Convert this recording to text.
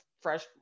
Fresh